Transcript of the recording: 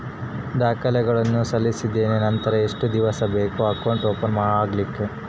ದಾಖಲೆಗಳನ್ನು ಸಲ್ಲಿಸಿದ್ದೇನೆ ನಂತರ ಎಷ್ಟು ದಿವಸ ಬೇಕು ಅಕೌಂಟ್ ಓಪನ್ ಆಗಲಿಕ್ಕೆ?